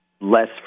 less